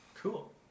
Cool